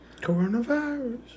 coronavirus